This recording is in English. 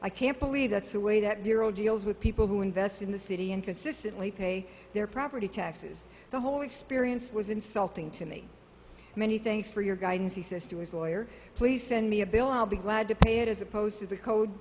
i can't believe that's the way that your old deals with people who invest in the city and consistently pay their property taxes the whole experience was insulting to me many thanks for your guidance he says to his lawyer please send me a bill i'll be glad to pay it as opposed to the code